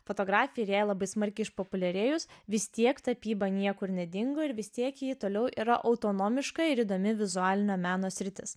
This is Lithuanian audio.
fotografijai ir jai labai smarkiai išpopuliarėjus vistiek tapyba niekur nedingo ir vis tiek ji toliau yra autonomiška ir įdomi vizualinio meno sritis